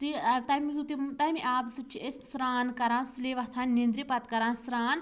تہٕ ٲں تَمہِ تِم تَمہِ آبہٕ سۭتۍ چھِ أسۍ سرٛان کران سُلے وۄتھان نِنٛدرِ پتہٕ کران سرٛان